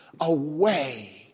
Away